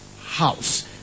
house